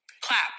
Clap